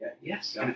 Yes